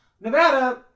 Nevada